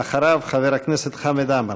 אחריו, חבר הכנסת חמד עמאר.